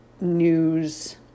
news